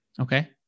Okay